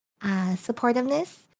supportiveness